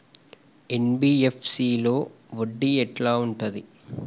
NBFC లో వడ్డీ ఎట్లా ఉంటది?